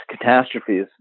catastrophes